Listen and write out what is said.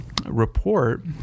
report